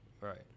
Right